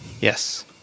Yes